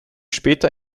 später